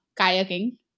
kayaking